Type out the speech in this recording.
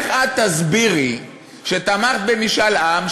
איך את תסבירי שתמכת במשאל עם,